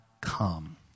come